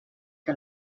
que